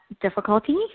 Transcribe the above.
difficulty